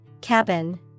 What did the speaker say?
Cabin